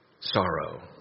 sorrow